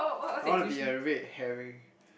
I wanna be a red herring